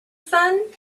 sun